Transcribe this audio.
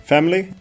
Family